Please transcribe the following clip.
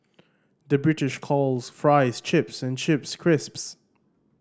the British calls fries chips and chips crisps